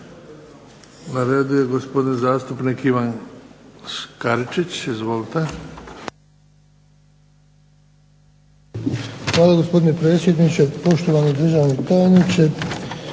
Na redu je gospodin zastupnik Ivan Škaričić, izvolite. **Škaričić, Ivan (HDZ)** Hvala gospodine predsjedniče, poštovani državni tajniče.